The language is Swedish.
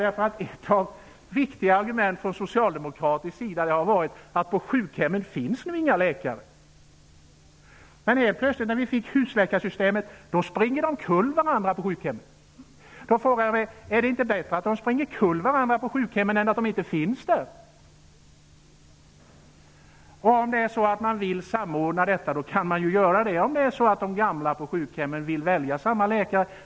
Ett av de viktiga argumenten från socialdemokratisk sida har varit att det inte finns några läkare på sjukhemmen. När vi fick husläkarsystemet springer de helt plötsligt omkull varandra på sjukhemmen. Jag frågar mig: Är det inte bättre att de springer omkull varandra på sjukhemmen än att de inte finns där? Om man vill samordna kan man ju göra det om de gamla på sjukhemmen vill välja samma läkare.